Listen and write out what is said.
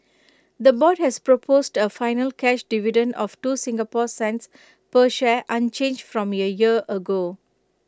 the board has proposed A final cash dividend of two Singapore cents per share unchanged from A year ago